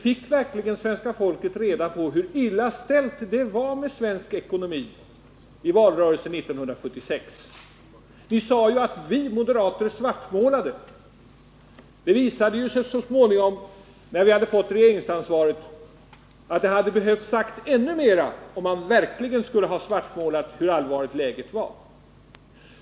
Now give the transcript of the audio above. Fick verkligen svenska folket reda på hur illa ställt det var med den svenska ekonomin vid tiden för valrörelsen 1976? Ni sade ju att vi moderater svartmålade. När vi hade fått regeringsansvaret visade det sig så småningom att det hade behövt sägas ännu mer, om man verkligen skulle ha svartmålat läget.